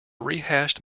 rehashed